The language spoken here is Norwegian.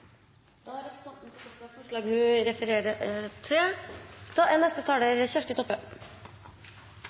Da har representanten Kjersti Toppe